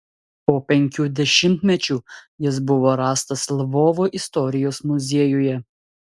po penkių dešimtmečių jis buvo rastas lvovo istorijos muziejuje